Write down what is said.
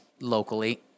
locally